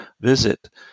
visit